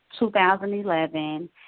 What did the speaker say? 2011